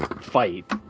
fight